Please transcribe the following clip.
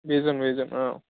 బీజన్ బీజన్